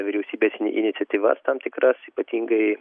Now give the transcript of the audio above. vyriausybės iniciatyvas tam tikras ypatingai